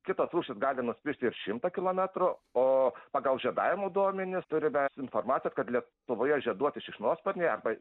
kitos rūšys gali nuskristi ir šimtą kilometrų o pagal žiedavimo duomenis turime informaciją kad lietuvoje žieduoti šikšnosparniai arba